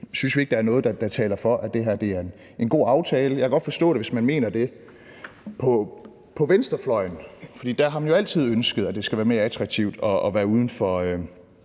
synes vi ikke, der er noget, der taler for, at det her er en god aftale. Jeg kan godt forstå det, hvis man mener det på venstrefløjen. For der har man jo altid ønsket, at det skal være mere attraktivt at være uden for